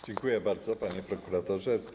Dziękuję bardzo, panie prokuratorze.